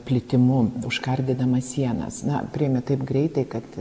plitimu užkardydama sienas na priėmė taip greitai kad